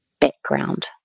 background